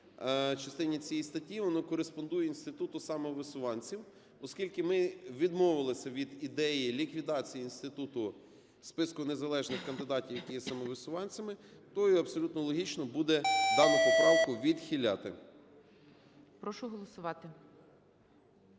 частині цієї статті, воно кореспондує інституту самовисуванців. Оскільки ми відмовилися від ідеї ліквідації інституту списку незалежних кандидатів, які є самовисуванцями, то і абсолютно логічно буде дану поправка відхиляти.